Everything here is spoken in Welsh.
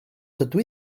dydw